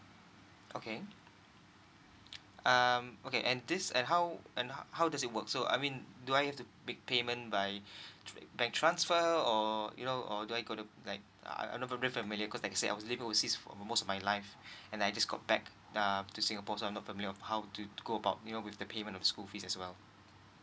okay um okay and this and how and how does it work so I mean do I have to make payment by through like bank transfer or you know or do I got to like I I'm not very familiar cause like I said I was living overseas for most my life and I just got back uh to singapore so I'm not familiar of how to go about you know with the payment of school fees as well